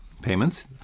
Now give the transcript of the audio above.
payments